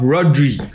Rodri